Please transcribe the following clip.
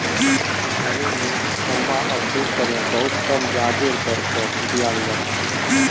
किसानी लोन लम्बा अवधिर तने बहुत कम ब्याजेर दर पर दीयाल जा छे